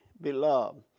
beloved